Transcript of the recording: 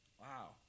Wow